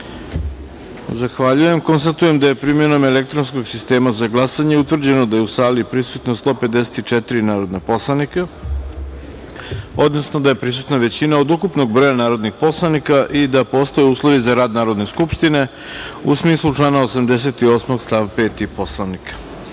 glasanje. Zahvaljujem. Konstatujem da je primenom elektronskog sistema za glasanje utvrđeno da je u sali prisutno 154 narodna poslanika, odnosno da je prisutna većina od ukupnog broja narodnih poslanika i da postoje uslovi za rad Narodne skupštine, u smislu člana 88. stav 5. Poslovnika